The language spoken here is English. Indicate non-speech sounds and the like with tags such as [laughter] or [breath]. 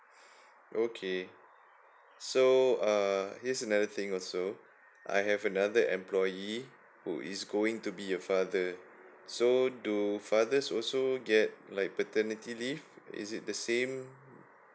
[breath] okay so uh here's another thing also [breath] I have another employee who is going to be with a father so do fathers also get like paternity leave is it the same